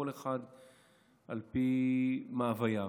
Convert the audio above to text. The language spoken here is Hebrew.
כל אחד על פי מאווייו.